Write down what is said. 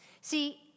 See